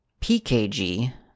pkg